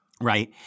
right